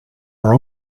our